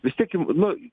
vis tiek jum nu